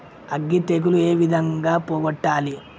అగ్గి తెగులు ఏ విధంగా పోగొట్టాలి?